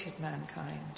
mankind